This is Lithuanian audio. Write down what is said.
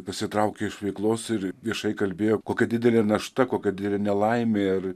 pasitraukė iš veiklos ir viešai kalbėjo kokia didelė našta kokią didelė nelaimė ir